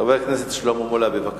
חבר הכנסת שלמה מולה, בבקשה.